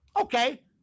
Okay